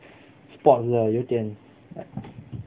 sport 的有点 like